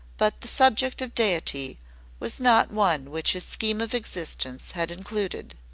but the subject of deity was not one which his scheme of existence had included.